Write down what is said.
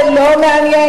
זה לא מעניין,